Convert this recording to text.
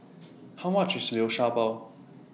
How much IS Liu Sha Bao